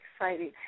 exciting